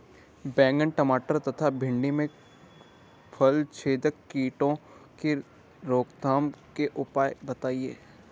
बैंगन टमाटर तथा भिन्डी में फलछेदक कीटों की रोकथाम के उपाय बताइए?